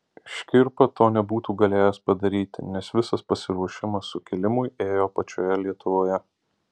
škirpa to nebūtų galėjęs padaryti nes visas pasiruošimas sukilimui ėjo pačioje lietuvoje